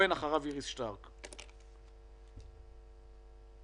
כרגע המצב החוקי הוא כזה שגם אם אנחנו בטוחים בצדקנו